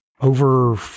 over